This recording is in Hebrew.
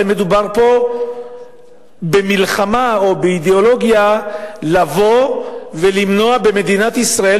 הרי מדובר פה במלחמה או באידיאולוגיה לבוא ולמנוע במדינת ישראל,